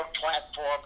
platform